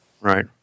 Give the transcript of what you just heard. Right